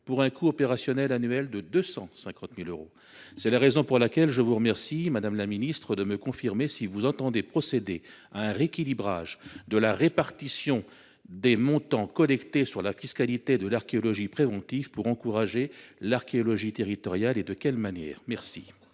pour un coût opérationnel annuel de 250 000 euros. C’est la raison pour laquelle je vous remercie, madame la ministre, de m’indiquer si le Gouvernement entend procéder à un rééquilibrage de la répartition des montants collectés sur la fiscalité de l’archéologie préventive pour encourager l’archéologie territoriale, et de quelle manière il